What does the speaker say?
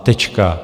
Tečka.